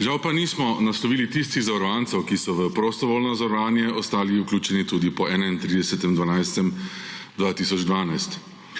Žal pa nismo naslovili tistih zavarovancev, ki so v prostovoljno zavarovanje ostali vključeni tudi po 31.